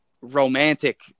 romantic